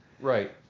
Right